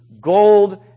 gold